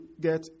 get